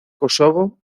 kosovo